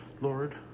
Lord